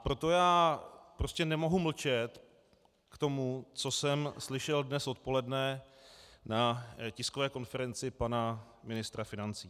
Proto já prostě nemohu mlčet k tomu, co jsem slyšel dnes odpoledne na tiskové konferenci pana ministra financí.